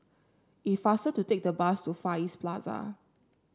it faster to take the bus to Far East Plaza